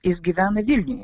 jis gyvena vilniuje